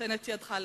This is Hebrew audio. נותן את ידך לכך.